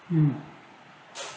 mm